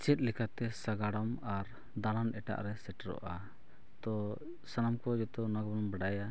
ᱪᱮᱫ ᱞᱮᱠᱟᱛᱮ ᱥᱟᱜᱟᱲᱚᱢ ᱟᱨ ᱫᱟᱬᱟᱱ ᱮᱴᱟᱜᱨᱮ ᱥᱮᱴᱮᱨᱚᱜᱼᱟ ᱛᱳ ᱥᱟᱱᱟᱢ ᱠᱚ ᱡᱚᱛᱚ ᱚᱱᱟ ᱵᱚᱱ ᱵᱟᱲᱟᱭᱟ